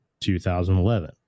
2011